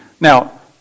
Now